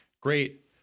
Great